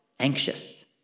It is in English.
anxious